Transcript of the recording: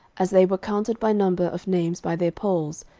as they were counted by number of names by their polls,